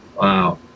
wow